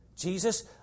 Jesus